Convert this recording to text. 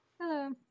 Hello